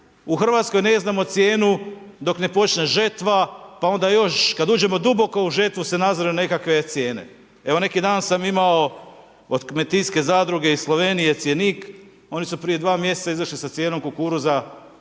u Hrvatskoj ne znamo cijenu dok ne počne žetva, pa onda još, kada uđemo duboko u žetvu se nadziru nekakve cijene. Evo, neki dan sam imao od kmetinske zadruge i Slovenije cjenik, oni su prije 2 mj. izašli sa cijenom kukuruza,